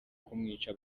kumwica